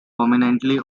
prominently